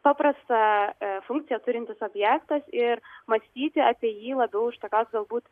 paprastą funkciją turintis objektas ir mąstyti apie jį labiau iš tokios galbūt